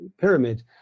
pyramid